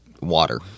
water